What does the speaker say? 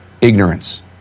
ignorance